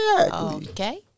Okay